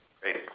Great